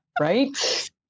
Right